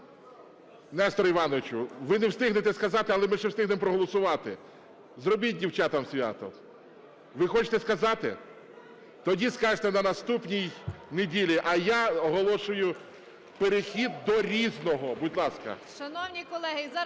Нестор Іванович, ви не встигнете сказати, але ми ще встигнемо проголосувати. Зробіть дівчатам свято. Ви хочете сказати? Тоді скажете на наступній неділі. А я оголошую перехід до "Різного". Будь ласка.